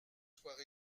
soient